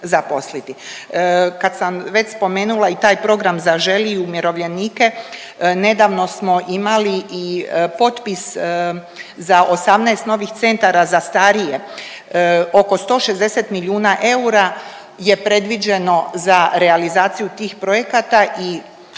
Kad sam već spomenula i taj program Zaželi i umirovljenike nedavno smo imali i potpis za 18 novih centara za starije. Oko 160 milijuna eura je predviđeno za realizaciju tih projekata i